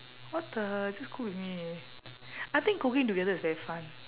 what the just cook with me I think cooking together is very fun